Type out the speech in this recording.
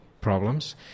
problems